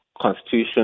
constitution